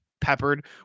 peppered